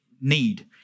need